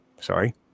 sorry